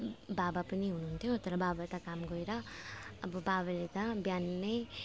बाबा पनि हुनुहुन्थ्यो तर बाबा त काम गएर अब बाबाले त बिहान नै